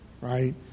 right